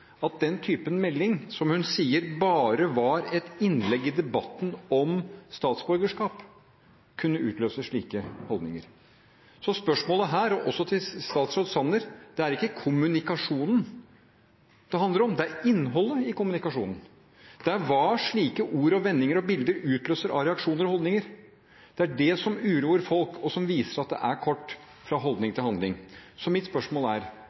at den typen melding, som hun sier bare var et innlegg i debatten om statsborgerskap, kunne utløse slike holdninger. Så saken her, også for statsråd Sanner, er at det ikke er kommunikasjonen det handler om, det er innholdet i kommunikasjonen. Det handler om hva slike ord og vendinger og bilder utløser av reaksjoner og holdninger. Det er det som uroer folk, og som viser at det er kort vei fra holdning til handling. Så mitt spørsmål er: